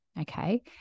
Okay